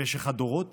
במשך הדורות